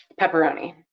Pepperoni